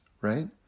right